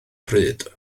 pryd